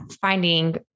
finding